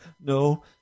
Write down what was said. No